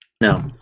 No